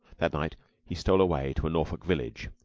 that night he stole away to a norfolk village,